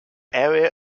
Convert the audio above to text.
area